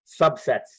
subsets